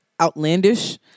outlandish